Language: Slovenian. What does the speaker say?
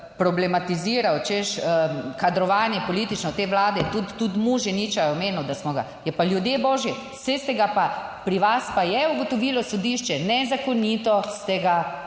problematiziral, češ kadrovanje, politično, te Vlade, tudi Muženiča je omenil, da smo ga, je pa, ljudje božji, saj ste ga pa pri vas, pa je ugotovilo sodišče, nezakonito ste ga